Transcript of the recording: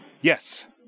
Yes